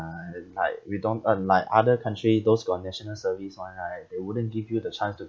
like we don't um like other country those got national service [one] right they wouldn't give you the chance to